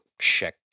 check